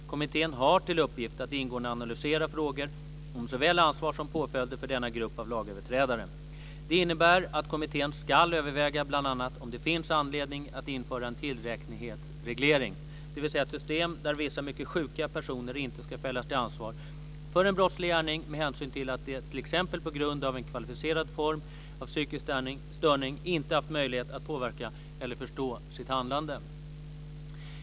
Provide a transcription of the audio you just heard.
Kommittén har till uppgift att ingående analysera frågor om såväl ansvar som påföljder för denna grupp av lagöverträdare. Det innebär att kommittén ska överväga bl.a. om det finns anledning att införa en tillräknelighetsreglering, dvs. ett system där vissa mycket sjuka personer inte ska fällas till ansvar för en brottslig gärning med hänsyn till att de, t.ex. på grund av en kvalificerad form av psykisk störning, inte haft möjlighet att påverka eller förstå sitt handlande.